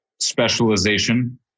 specialization